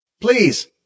Please